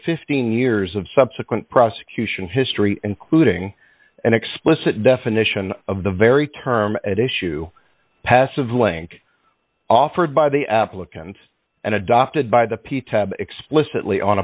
fifteen years of subsequent prosecution history including an explicit definition of the very term at issue passive link offered by the applicant and adopted by the p t explicitly on